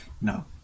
no